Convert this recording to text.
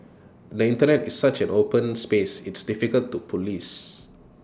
the Internet is such an open space it's difficult to Police